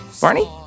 Barney